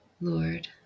Lord